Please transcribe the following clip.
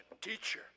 Teacher